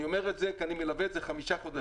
אני אומר את זה כי אני מלווה את זה חמישה חודשים.